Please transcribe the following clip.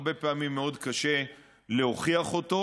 הרבה פעמים מאוד קשה להוכיח אותו.